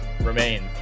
remain